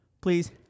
please